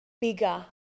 bigger